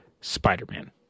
Spider-Man